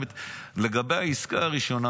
לגבי העסקה הראשונה,